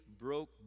broke